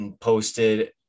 posted